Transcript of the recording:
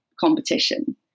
competition